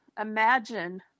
imagine